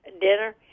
dinner